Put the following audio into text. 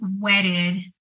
wedded